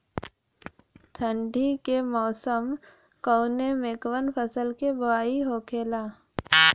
ठंडी के मौसम कवने मेंकवन फसल के बोवाई होखेला?